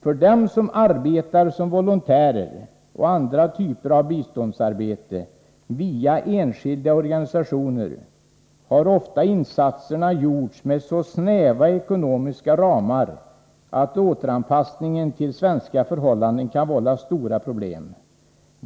För dem som arbetat som volontärer och andra typer av biståndsarbetare via enskilda organisationer har ofta insatserna gjorts med så snäva ekonomiska ramar att återanpassningen till svenska förhållanden kan vålla stora problem.